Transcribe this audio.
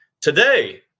Today